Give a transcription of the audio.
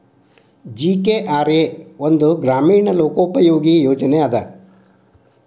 GKRA ಒಂದ ಗ್ರಾಮೇಣ ಲೋಕೋಪಯೋಗಿ ಯೋಜನೆ ಅದ